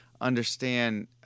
understand